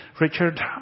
Richard